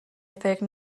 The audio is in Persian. فکر